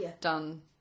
done